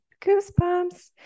goosebumps